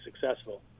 successful